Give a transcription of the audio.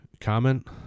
Comment